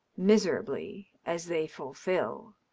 miserably as they fulfil!